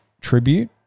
tribute